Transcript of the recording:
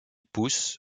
pousse